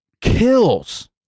kills